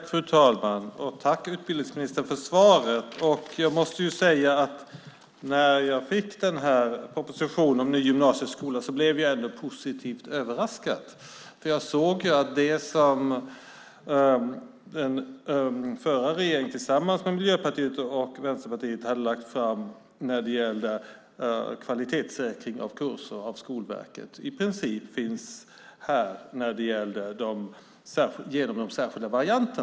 Fru talman! Tack, utbildningsministern, för svaret! Jag måste säga att när jag fick propositionen om ny gymnasieskola blev jag ändå positivt överraskad. Jag såg att det som den förra regeringen tillsammans med Miljöpartiet och Vänsterpartiet hade lagt fram när det gäller kvalitetssäkring av kurser av Skolverket i princip finns med genom de särskilda varianterna.